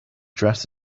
dress